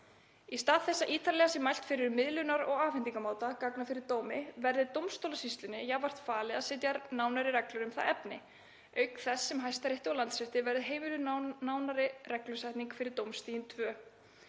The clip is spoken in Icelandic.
Í stað þess að ítarlega sé mælt fyrir um miðlunar- og afhendingarmáta gagna fyrir dómi verði dómstólasýslunni jafnframt falið að setja nánari reglur um það efni, auk þess sem Hæstarétti og Landsrétti verði heimiluð nánari reglusetning fyrir dómstigin